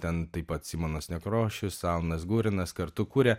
ten taip pat simonas nekrošius alanas gurinas kartu kuria